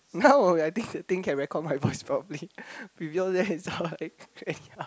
now I think think can record my voice properly before that it's like anyhow